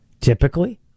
Typically